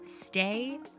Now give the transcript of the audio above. Stay